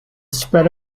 spread